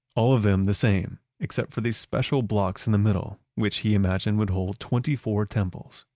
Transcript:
all of them the same, except for the special blocks in the middle, which he imagined would hold twenty four temples.